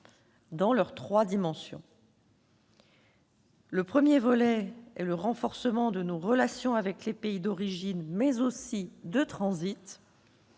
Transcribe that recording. dans leurs trois dimensions. Le premier volet est le renforcement de nos relations avec les pays d'origine, mais aussi de transit.